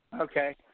Okay